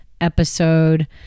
episode